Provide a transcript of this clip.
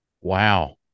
Wow